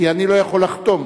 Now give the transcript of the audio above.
כי אני לא יכול לחתום.